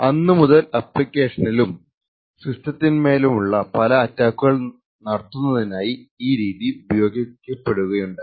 അന്നുമുതൽ അപ്പ്ളിക്കേഷനിലും സിസ്റ്റത്തിന്മേലുമുള്ള പല അറ്റാക്കുകൾ നടത്തുന്നതിനായി ഈ രീതി ഉപയോഗിക്കപ്പെടുകയുണ്ടായി